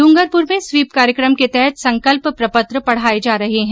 डूंगरपुर में स्वीप कार्यक्रम के तहत संकल्प प्रपत्र पढाये जा रहे हैं